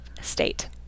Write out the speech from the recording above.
state